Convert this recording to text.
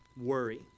Worry